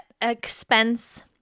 expense